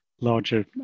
larger